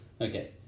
Okay